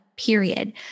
period